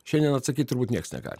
šiandien atsakyt turbūt nieks negali